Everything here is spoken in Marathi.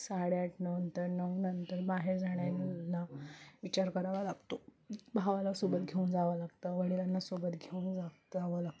साडेआठनंतर नऊनंतर बाहेर जाण्याना विचार करावा लागतो भावाला सोबत घेऊन जावं लागतं वडिलांना सोबत घेऊन जावा लागतो